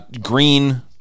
green